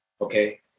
Okay